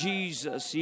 Jesus